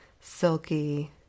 silky